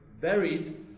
buried